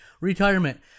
Retirement